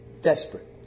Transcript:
desperate